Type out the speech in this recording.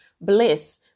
bliss